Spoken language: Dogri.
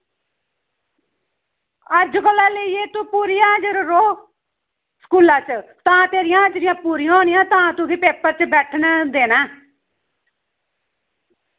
अज्ज कोला रेहियै तू पूरी हाजर रोह् स्कूला च तां तेरियां हाजरियां पूरियां रोह् ते तां तुगी पेपर च बैठने देना ऐ